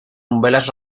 umbelas